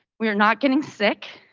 we are not getting sick,